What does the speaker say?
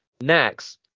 Next